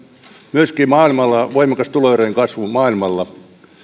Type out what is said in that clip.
myöskin voimakas tuloerojen kasvu maailmalla